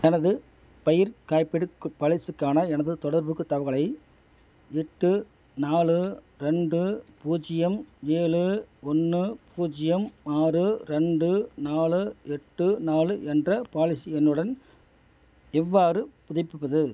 எனது பயிர்க் காப்பீடுக் பலிசிக்கான எனது தொடர்புக்குத் தகவலை எட்டு நாலு ரெண்டு பூஜ்ஜியம் ஏழு ஒன்று பூஜ்ஜியம் ஆறு ரெண்டு நாலு எட்டு நாலு என்ற பாலிசி எண்ணுடன் எவ்வாறு புதுப்பிப்பது